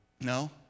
No